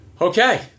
Okay